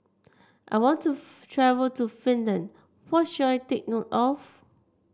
I want to travel to Finland what should I take note of